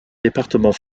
département